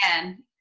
again